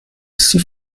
sie